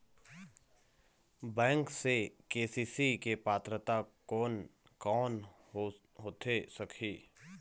Bank से KCC के पात्रता कोन कौन होथे सकही?